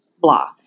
Blah